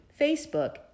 Facebook